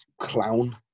clown